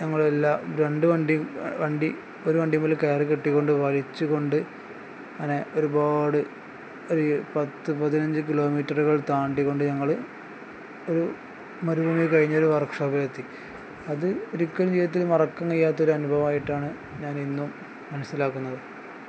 ഞങ്ങൾ എല്ലാം രണ്ട് വണ്ടി വണ്ടി ഒരു വണ്ടി മേൽ കയറ് കെട്ടിക്കൊണ്ട് വലിച്ച് കൊണ്ട് അങ്ങനെ ഒരുപാട് ഒരു പത്ത് പതിനഞ്ച് കിലോ മീറ്ററുകൾ താണ്ടി കൊണ്ട് ഞങ്ങൾ ഒരു മരുഭൂമി കഴിഞ്ഞ ഒരു വർക് ക്ഷോപ്പിലെത്തി അത് ഒരിക്കലും ജീവിതത്തിൽ മറക്കാൻ കഴിയാത്തൊരു അനുഭവമായിട്ടാണ് ഞാൻ ഇന്നും മനസ്സിലാക്കുന്നത്